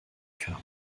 kam